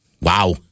wow